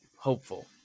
hopeful